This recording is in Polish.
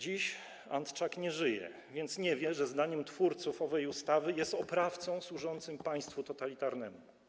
Dziś Antczak nie żyje, więc nie wie, że zdaniem twórców owej ustawy jest oprawcą służącym państwu totalitarnemu.